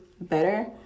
better